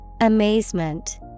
Amazement